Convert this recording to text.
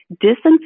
disinfect